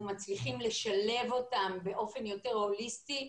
מצליחים לשלב אותם באופן יותר הוליסטי,